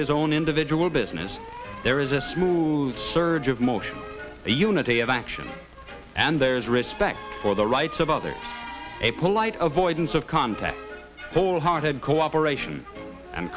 his own individual business there is a smooth surge of motion a unity of action and there's respect for the rights of others a polite avoidance of contact whole hearted cooperation